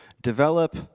develop